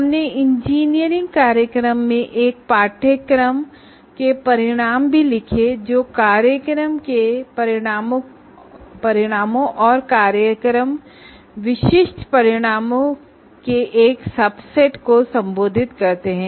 हमने engineering programme के course outcome लिखे जो प्रोग्राम आउटकम और प्रोग्राम स्पेसिफिक आउटकम के एक सबसेट को संबोधित करते हैं